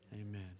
Amen